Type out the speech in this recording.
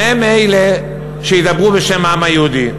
שהם אלה שידברו בשם העם היהודי.